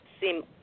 seem